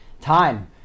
time